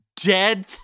dead